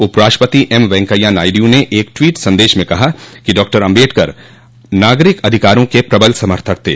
उपराष्ट्रपति एम वैंकैया नायडू ने एक ट्वीट संदेश में कहा कि डॉ आम्बेडकर नागरिक अधिकारों के प्रबल समर्थक थे